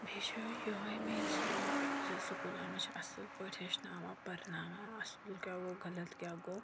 بیٚیہِ چھِ یِہٲے میٛٲنۍ سونٛچ زِ سکوٗلَن منٛز چھِ اصٕل پٲٹھۍ ہیٚچھناوان پَرناوان اصٕل کیٛاہ گوٚو غلط کیٛاہ گوٚو